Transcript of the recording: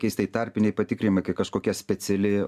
keistai tarpiniai patikrinimai kai kažkokia speciali